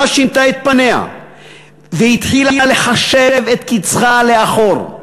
שינתה את פניה והתחילה לחשב את קצך לאחור.